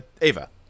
Ava